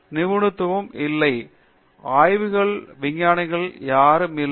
பேராசிரியர் அரிந்தமா சிங் ஆய்வியல் விஞ்ஞானங்களில் யாரும் இல்லை